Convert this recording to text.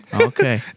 Okay